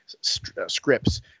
scripts